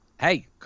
Hey